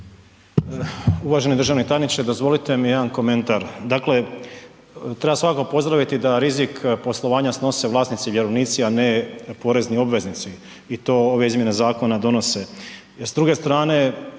Uvaženi državni tajniče dozvolite mi jedan komentar. Dakle, treba svakako pozdraviti da rizik poslovanja snose vlasnici i vjerovnici, a ne porezni obveznici i to ove izmjene zakona donose. S druge strane